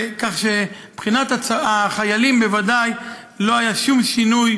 כך שמבחינת החיילים בוודאי לא היה שום שינוי